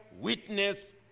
witness